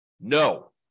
no